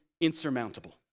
insurmountable